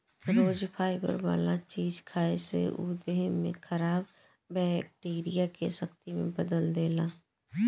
रोज fibre वाला चीज खाए से उ देह में खराब बैक्टीरिया के शक्ति में बदल देला